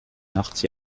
nachts